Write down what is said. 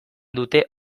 dute